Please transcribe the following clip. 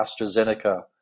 AstraZeneca